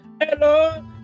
Hello